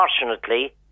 unfortunately